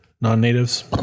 non-natives